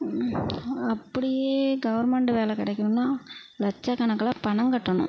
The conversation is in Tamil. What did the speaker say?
அப்படியே கவர்மெண்டு வேலை கிடைக்கணுன்னா லட்ச கணக்கில் பணம் கட்டணும்